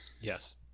Yes